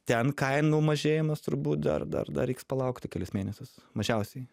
ten kainų mažėjimas turbūt dar dar dar reiks palaukti kelis mėnesius mažiausiai